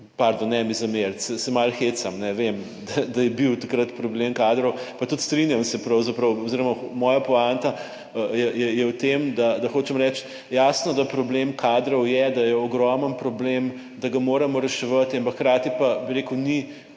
Pardon, ne mi zameriti, se malo hecam, ne. Vem, da je bil takrat problem kadrov. Pa tudi strinjam se pravzaprav oziroma moja poanta je v tem, da, hočem reči, jasno, da problem kadrov je, da je ogromen problem, da ga moramo reševati, ampak hkrati pa, bi rekel, ni